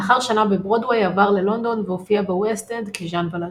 לאחר שנה בברודוויי עבר ללונדון והופיע בוסט אנד כז'אן ולז'אן.